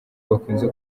bakunze